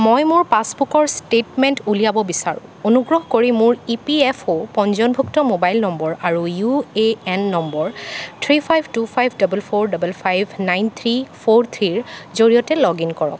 মই মোৰ পাছবুকৰ ষ্টেটমেণ্ট উলিয়াব বিচাৰোঁ অনুগ্ৰহ কৰি মোৰ ই পি এফ অ' পঞ্জীয়নভুক্ত মোবাইল নম্বৰ আৰু U A N number three five two five double four double five nine three four থ্ৰীৰ জৰিয়তে লগ ইন কৰক